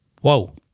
Whoa